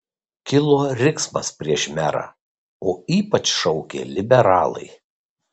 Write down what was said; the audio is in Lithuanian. kilo riksmas prieš merą o ypač šaukė liberalai